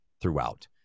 throughout